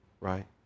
right